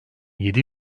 yedi